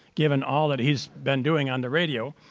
given all that he's been doing on the radio.